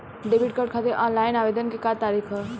Debit card खातिर online आवेदन के का तरीकि ह?